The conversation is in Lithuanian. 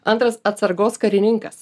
antras atsargos karininkas